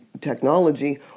technology